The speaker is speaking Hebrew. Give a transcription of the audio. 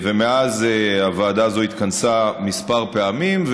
מאז הוועדה הזאת התכנסה כמה פעמים,